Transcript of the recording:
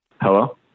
hello